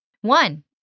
One